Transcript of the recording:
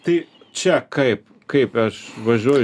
tai čia kaip kaip aš važiuoju